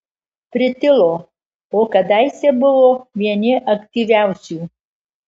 pritilo o kadaise buvo vieni aktyviausių